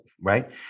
Right